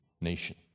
nation